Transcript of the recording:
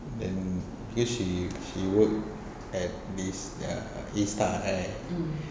then because she she work at this ya A star right